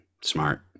Smart